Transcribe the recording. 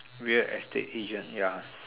real estate agent ya